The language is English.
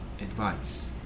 advice